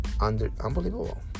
unbelievable